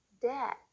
dad